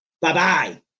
Bye-bye